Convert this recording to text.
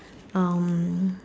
um